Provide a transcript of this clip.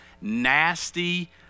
nasty